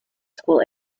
school